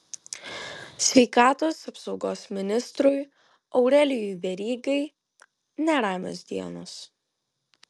sveikatos apsaugos ministrui aurelijui verygai neramios dienos